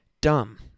dumb